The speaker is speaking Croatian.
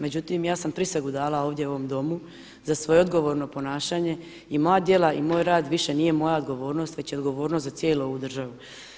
Međutim, ja sam prisegu dala ovdje u ovom Domu za svoje odgovorno ponašanje i moja djela i moj rad više nije moja odgovornost već je odgovornost za cijelu ovu državu.